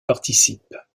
participe